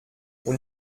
und